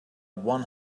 one